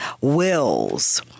wills